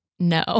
No